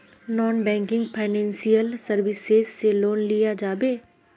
Non banking financial services से loan लिया जाबे?